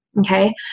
okay